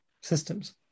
systems